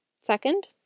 Second